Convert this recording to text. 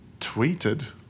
tweeted